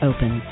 Open